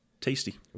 Tasty